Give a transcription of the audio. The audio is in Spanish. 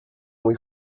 muy